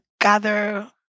gather